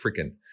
freaking